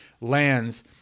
lands